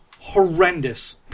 horrendous